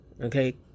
okay